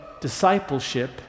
discipleship